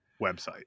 website